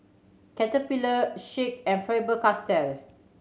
Caterpillar Schick and Faber Castell